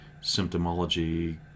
symptomology